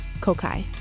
Kokai